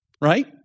Right